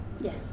Yes